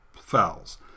fouls